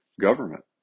government